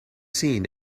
seen